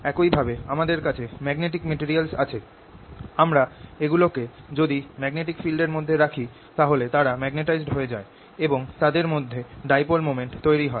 একইভাবে আমাদের কাছে ম্যাগনেটিক ম্যাটেরিয়ালস আছে আমরা এগুলো কে যদি ম্যাগনেটিক ফিল্ড এর মধ্যে রাখি তাহলে তারা মাগনেটাইজড হয়ে যায় এবং তাদের মধ্যে ডাইপোল মোমেন্ট তৈরি হয়